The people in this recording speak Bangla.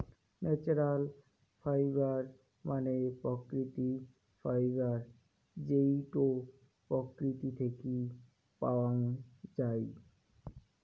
ন্যাচারাল ফাইবার মানে প্রাকৃতিক ফাইবার যেইটো প্রকৃতি থেকে পাওয়াঙ যাই